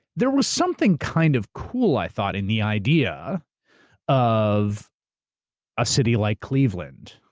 there was something kind of cool, i thought, and the idea of a city like cleveland,